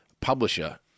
publisher